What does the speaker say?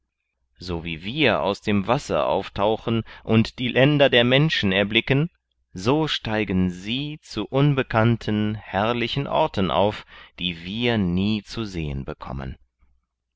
so wie wir aus dem wasser auftauchen und die länder der menschen erblicken so steigen sie zu unbekannten herrlichen orten auf die wir nie zu sehen bekommen